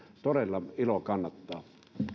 todella ilo kannattaa